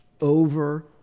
over